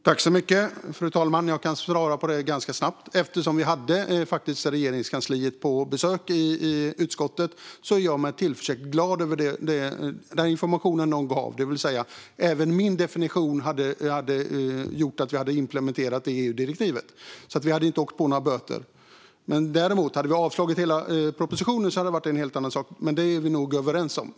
Fru talman! Jag kan svara på det ganska snabbt. Eftersom vi hade Regeringskansliet på besök i utskottet känner jag tillförsikt, och jag är glad över den information man gav, nämligen att även min definition hade inneburit att vi hade implementerat EU-direktivet. Vi hade alltså inte åkt på några böter. Om vi däremot hade avslagit hela propositionen hade det varit en helt annan sak, men det är vi nog överens om.